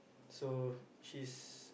so she's